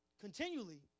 continually